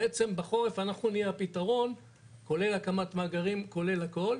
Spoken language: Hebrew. בעצם בחורף אנחנו נהיה הפתרון כולל הקמת המאגרים וכולל הכל,